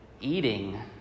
eating